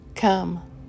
Come